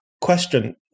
question